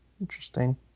interesting